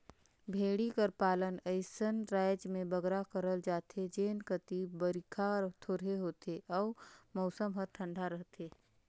भेंड़ी कर पालन अइसन राएज में बगरा करल जाथे जेन कती बरिखा थोरहें होथे अउ मउसम हर ठंडा रहथे